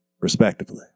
Respectively